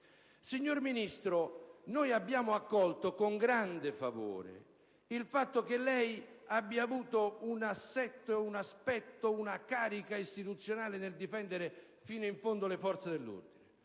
Signor Ministro, abbiamo accolto con grande favore il fatto che lei abbia avuto l'assetto della sua carica istituzionale nel difendere fino in fondo le forze dell'ordine.